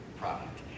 product